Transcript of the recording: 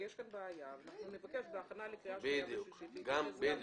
יש כאן בעיה ונבקש בהכנה לקריאה שנייה ושלישית להתייחס גם לזה.